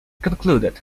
concluded